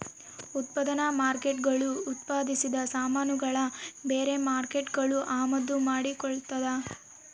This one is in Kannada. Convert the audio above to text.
ಉತ್ಪನ್ನ ಮಾರ್ಕೇಟ್ಗುಳು ಉತ್ಪಾದಿಸಿದ ಸಾಮಾನುಗುಳ್ನ ಬೇರೆ ಮಾರ್ಕೇಟ್ಗುಳು ಅಮಾದು ಮಾಡಿಕೊಳ್ತದ